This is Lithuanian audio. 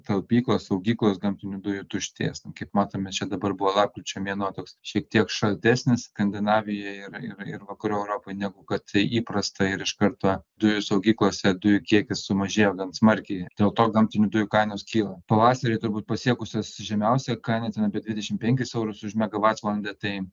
talpyklos saugyklos gamtinių dujų tuštės nu kaip matome čia dabar buvo lapkričio mėnuo toks šiek tiek šaltesnis skandinavijoje ir ir ir vakarų europoj negu kad įprasta ir iš karto dujų saugyklose dujų kiekis sumažėjo gan smarkiai dėl to gamtinių dujų kainos kyla pavasarį turbūt pasiekusios žemiausią kainą ten apie dvidešimt penkis eurus už megavatvalandę tai